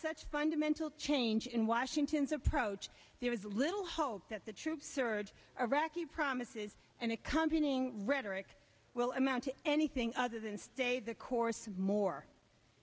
such fundamental change in washington's approach there was little hope that the troop surge or raqi promises and accompanying rhetoric will amount to anything other than stay the course more